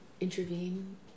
intervene